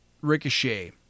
ricochet